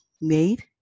made